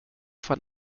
von